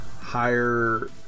higher